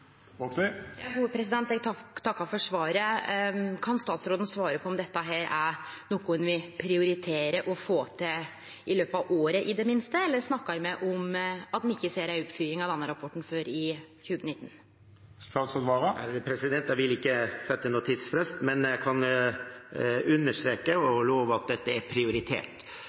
takkar for svaret. Kan statsråden svare på om dette er noko han vil prioritere å få til i det minste i løpet av året, eller snakkar me om at me ikkje ser ei oppfølging av denne rapporten før i 2019? Jeg vil ikke sette noen tidsfrist, men jeg kan understreke og love at dette er prioritert.